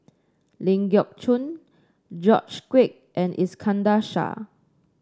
Ling Geok Choon George Quek and Iskandar Shah